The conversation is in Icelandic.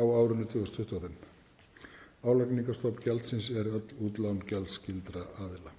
á árinu 2025. Álagningarstofn gjaldsins er öll útlán gjaldskyldra aðila.